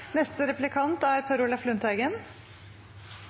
Neste replikant er